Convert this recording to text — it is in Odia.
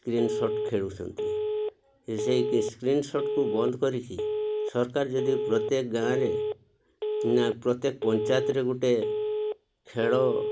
ସ୍କ୍ରିନ୍ସଟ୍ ଖେଳୁଛନ୍ତି ସେଇଟାକୁ ସ୍କ୍ରିନ୍ସଟ୍ କୁ ବନ୍ଦ କରିକି ସରକାର ଯଦି ପ୍ରତ୍ୟେକ ଗାଁ'ରେ ନା ପ୍ରତ୍ୟେକ ପଞ୍ଚାୟତରେ ଗୋଟେ ଖେଳ